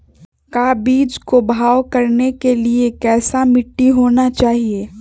का बीज को भाव करने के लिए कैसा मिट्टी होना चाहिए?